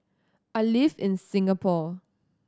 I live in Singapore